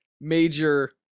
major